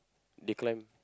they climb